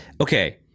okay